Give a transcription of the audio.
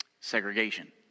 segregation